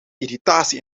irritatie